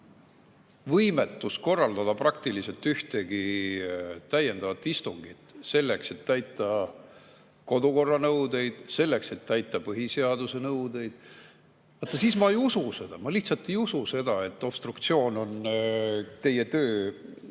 võimetus korraldada praktiliselt ühtegi täiendavat istungit, selleks et täita kodukorra nõudeid, selleks et täita põhiseaduse nõudeid. Vaat siis ma ei usu seda, ma lihtsalt ei usu seda, et obstruktsioon on teie töö